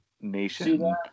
nation